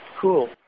cool